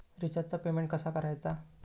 रिचार्जचा पेमेंट कसा करायचा?